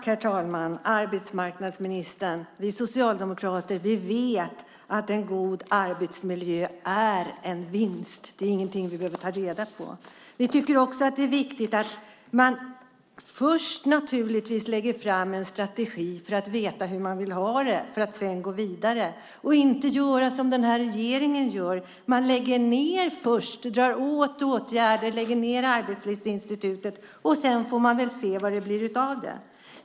Herr talman! Vi socialdemokrater vet, arbetsmarknadsministern, att en god arbetsmiljö är en vinst. Det är ingenting som vi behöver ta reda på. Vi tycker också att det är viktigt att man först naturligtvis lägger fram en strategi för att man ska veta hur man vill ha det för att sedan gå vidare och inte göra som den här regeringen gör. Den lägger först ned, upphör med åtgärder och lägger ned Arbetslivsinstitutet. Sedan får man väl se vad det blir av det.